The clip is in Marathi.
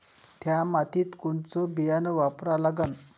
थ्या मातीत कोनचं बियानं वापरा लागन?